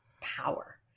power